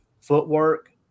footwork